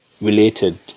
Related